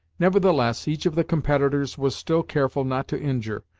nevertheless each of the competitors was still careful not to injure,